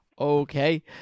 Okay